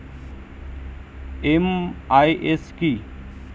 MIS কি?